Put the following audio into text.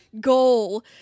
Goal